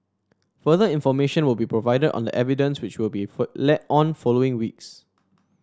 further information will be provided on the evidence which will be led on following weeks